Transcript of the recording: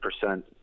percent